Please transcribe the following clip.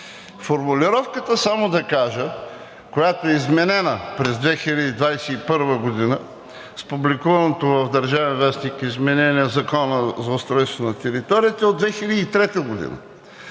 Формулировката само да кажа, която е изменена през 2021 г., с публикуваното в „Държавен вестник“ изменение на Закона за устройството на територията, е от 2003 г.